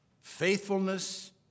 faithfulness